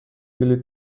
بلیط